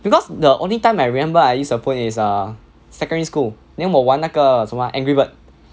because the only time I remember I use a phone is a secondary school then 我玩那个什么 ah angry bird